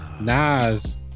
Nas